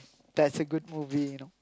that's a good movie